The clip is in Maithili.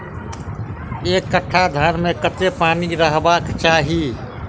एक कट्ठा धान मे कत्ते पानि रहबाक चाहि?